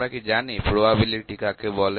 আমরা কি জানি প্রবাবিলিটি কাকে বলে